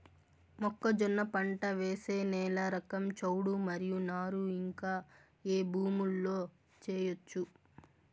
మొక్కజొన్న పంట వేసే నేల రకం చౌడు మరియు నారు ఇంకా ఏ భూముల్లో చేయొచ్చు?